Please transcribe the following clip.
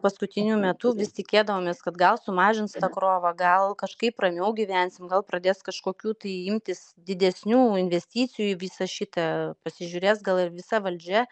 paskutiniu metu vis tikėdavomės kad gal sumažins tą krovą gal kažkaip ramiau gyvensim gal pradės kažkokių tai imtis didesnių investicijų į visą šitą pasižiūrės gal ir visa valdžia